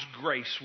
grace